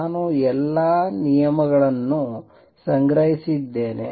ನಾನು ಎಲ್ಲಾ ನಿಯಮಗಳನ್ನು ಸಂಗ್ರಹಿಸಿದ್ದೇನೆ